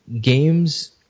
games